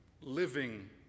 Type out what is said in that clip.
Living